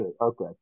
okay